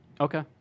Okay